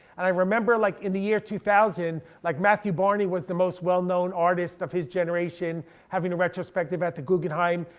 and i remember like in the year two thousand, like matthew barney was the most well known artist of his generation, having a retrospective at the guggenheim,